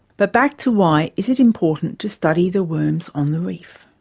but back to why is it important to study the worms on the reef,